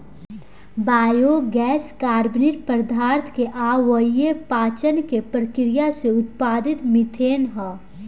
biogas कार्बनिक पदार्थ के अवायवीय पाचन के प्रक्रिया से उत्पादित मिथेन ह